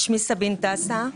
שמי סבין תעסה.